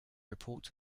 report